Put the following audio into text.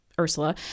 Ursula